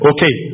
Okay